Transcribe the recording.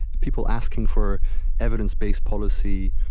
people asking for evidence-based policy,